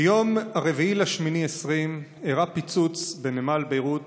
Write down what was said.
ביום 4 באוגוסט 2020 אירע פיצוץ בנמל ביירות